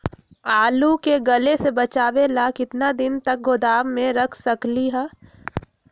आलू के गले से बचाबे ला कितना दिन तक गोदाम में रख सकली ह?